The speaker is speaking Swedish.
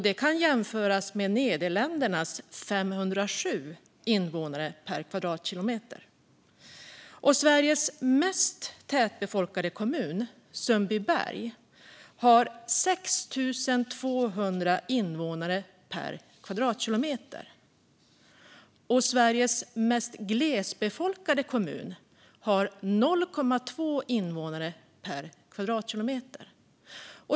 Det kan jämföras med Nederländernas 507 invånare per kvadratkilometer. Sveriges mest tätbefolkade kommun Sundbyberg har 6 200 invånare per kvadratkilometer, medan Sveriges mest glesbefolkade kommun har 0,2 invånare per kvadratkilometer.